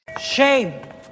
shame